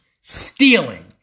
stealing